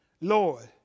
Lord